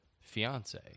fiance